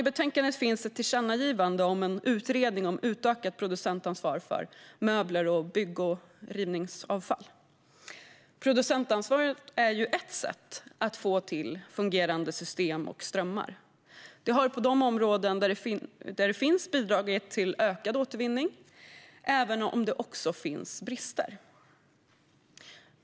I betänkandet finns ett tillkännagivande om en utredning om utökat producentansvar för möbler och bygg och rivningsavfall. Producentansvaret är ett sätt att få till fungerande system och strömmar. Det har på de områden där det finns bidragit till ökad återvinning, även om det också finns brister.